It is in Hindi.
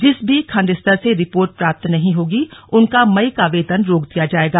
जिस भी खंड स्तर से रिपोर्ट प्राप्त नहीं होगी उनका मई का वेतन रोक दिया जाएगा